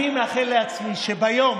אני מאחל לעצמי שביום